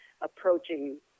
approaching